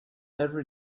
every